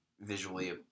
visually